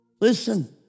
Listen